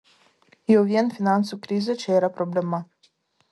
jau vien finansų krizė čia yra problema